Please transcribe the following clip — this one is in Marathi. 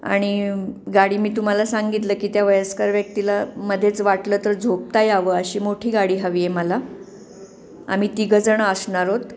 आणि गाडी मी तुम्हाला सांगितलं की त्या वयस्कर व्यक्तीला मध्येच वाटलं तर झोपता यावं अशी मोठी गाडी हवी आहे मला आम्ही तिघं जणं असणार आहोत